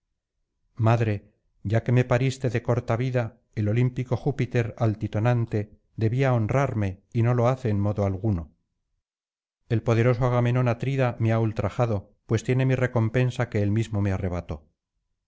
madre ya que me pariste de corta vida el olímpico júpiter altitonante debía honrarme y no lo hace en modo alguno el poderoso agamenón atrida me ha ultrajado pues tiene mi recompensa que él mismo me arrebató